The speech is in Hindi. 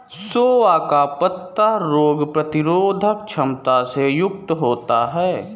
सोआ का पत्ता रोग प्रतिरोधक क्षमता से युक्त होता है